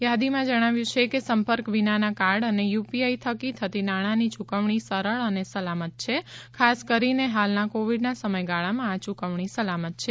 યાદીમાં જણાવ્યું છે કે સંપર્ક વિનાના કાર્ડ અને યુપીઆઈ થકી થતી નાણાંની યૂકવણી સરળ અને સલામત છે ખાસ કરીને હાલના કોવિડના સમયગાળામાં આ યૂકવણી સલામત છે